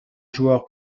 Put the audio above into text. joueur